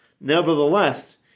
nevertheless